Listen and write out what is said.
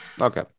Okay